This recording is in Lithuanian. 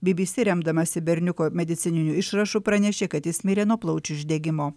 bybysy remdamasi berniuko medicininiu išrašu pranešė kad jis mirė nuo plaučių uždegimo